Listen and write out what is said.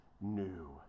new